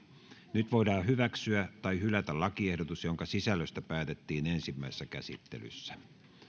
nyt voidaan hyväksyä tai hylätä lakiehdotus jonka sisällöstä päätettiin ensimmäisessä käsittelyssä